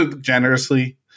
generously